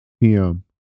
PM